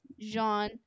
Jean